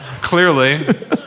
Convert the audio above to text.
Clearly